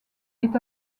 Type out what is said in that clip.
est